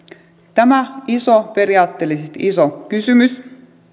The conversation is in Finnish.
tämä periaatteellisesti iso kysymys